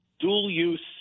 dual-use